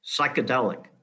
psychedelic